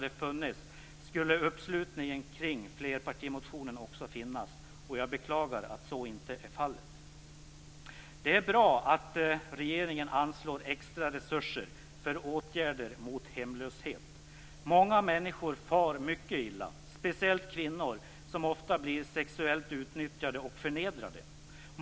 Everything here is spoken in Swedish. Jag beklagar att så inte är fallet. Det är bra att regeringen anslår extra resurser för åtgärder mot hemlöshet. Många människor far mycket illa, speciellt kvinnor, som ofta blir sexuellt utnyttjade och förnedrade.